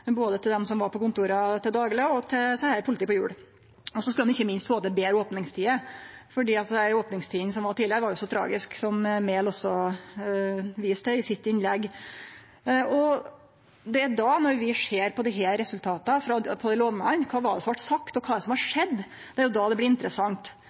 som var på kontora til dagleg, og til dette politiet på hjul. Så skulle ein ikkje minst få betre opningstider, for dei opningstidene som var tidlegare, var jo så tragiske, som Enger Mehl også viste til i innlegget sitt. Og når vi ser på resultata av desse lovnadene – kva var det som vart sagt, og kva er det som har